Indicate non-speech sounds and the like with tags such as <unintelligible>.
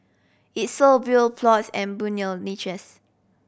it sold <unintelligible> plots and burial niches